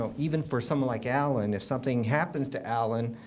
so even for someone like allen. if something happens to allen,